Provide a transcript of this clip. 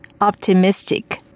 Optimistic